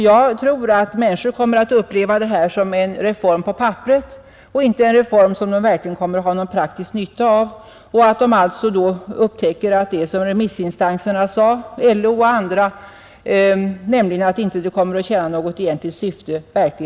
Jag tror att människor kommer att uppleva detta som en reform på papperet och inte som en reform vilken de har någon praktisk nytta av och att vad remissinstanserna — LO och andra — sagt skall besannas, nämligen att reformen inte kommer att tjäna något egentligt syfte.